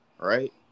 Right